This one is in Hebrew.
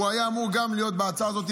היה אמור גם להיות בהצעה הזאת,